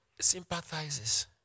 sympathizes